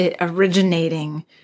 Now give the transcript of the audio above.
Originating